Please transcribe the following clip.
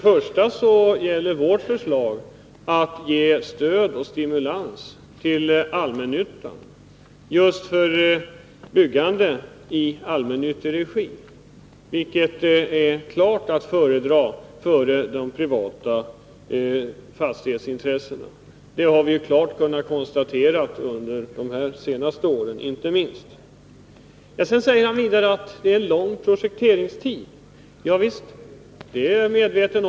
Avsikten med vårt förslag är att ge stöd och stimulans till allmännyttan för byggande i allmännyttig regi. Det | är definitivt att föredra framför de privata fastighetsintressena. Det har vi klart kunnat konstatera, inte minst under de senaste åren. 85 Tage Sundkvist säger vidare att det behövs lång projekteringstid för att åstadkomma den typ av byggnation vi här diskuterar.